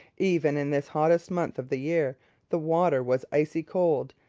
even in this hottest month of the year the water was icy cold,